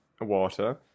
water